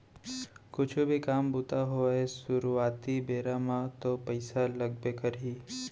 कुछु भी काम बूता होवय सुरुवाती बेरा म तो पइसा लगबे करही